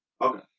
Okay